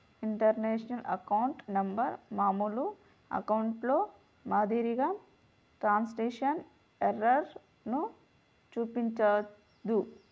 international account number మామూలు అకౌంట్లో మాదిరిగా ట్రాన్స్మిషన్ ఎర్రర్ ను చూపించదు